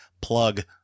Plug